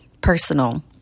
personal